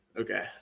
Okay